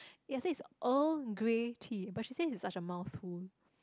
yeah I say it's Earl Grey tea but she says it's such a mouthful